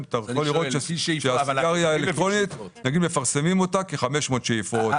אתה יכול להיות שנגיד מפרסמים את הסיגריה האלקטרונית כ-500 שאיפות,